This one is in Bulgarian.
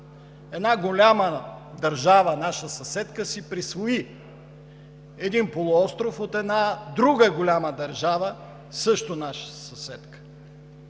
Една голяма държава, наша съседка, си присвои един полуостров от една друга голяма държава, също наша съседка,